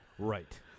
Right